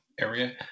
area